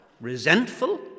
resentful